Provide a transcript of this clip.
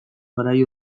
garai